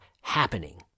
happening